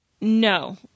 No